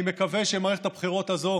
אני מקווה שמערכת הבחירות הזו